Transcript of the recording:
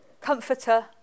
comforter